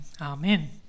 Amen